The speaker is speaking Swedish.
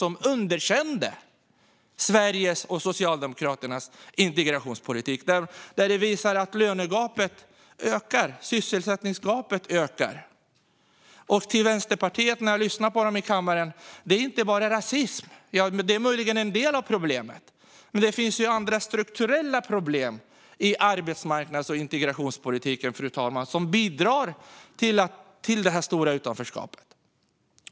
Där underkändes Sveriges och Socialdemokraternas integrationspolitik. Man visar att lönegapet och sysselsättningsgapet ökar. Vänsterpartiet talar om rasism. Rasism är möjligen en del av problemet. Men det finns andra, strukturella problem i arbetsmarknadspolitiken och integrationspolitiken som bidrar till det stora utanförskapet.